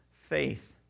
faith